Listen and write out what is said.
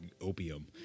opium